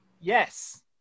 Yes